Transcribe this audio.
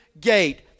gate